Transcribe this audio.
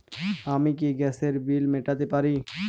আমি কি গ্যাসের বিল মেটাতে পারি?